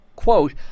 Quote